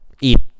eat